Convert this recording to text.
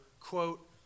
quote